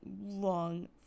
long